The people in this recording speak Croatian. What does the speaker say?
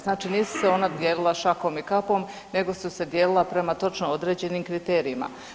Znači nisu se ona dijelila šakom i kapom nego su se dijelila prema točno određenim kriterijima.